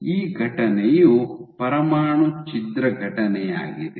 ಈ ಘಟನೆಯು ಪರಮಾಣು ಛಿದ್ರ ಘಟನೆಯಾಗಿದೆ